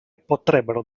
potrebbero